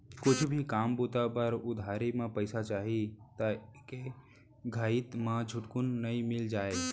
कुछु भी काम बूता बर उधारी म पइसा चाही त एके घइत म झटकुन नइ मिल जाय